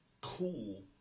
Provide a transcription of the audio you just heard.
cool